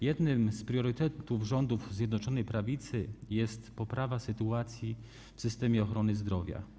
Jednym z priorytetów rządów Zjednoczonej Prawicy jest poprawa sytuacji w systemie ochrony zdrowia.